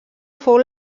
fou